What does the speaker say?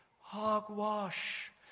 Hogwash